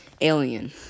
alien